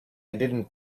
didn’t